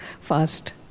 fast